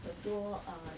很多